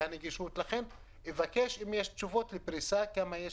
אני מבקש לדעת תשובות לגבי הפריסה כמה יש